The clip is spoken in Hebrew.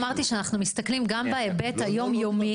אמרתי שאנחנו מסתכלים גם בהיבט היום-יומי,